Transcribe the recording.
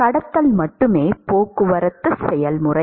கடத்தல் மட்டுமே போக்குவரத்து செயல்முறை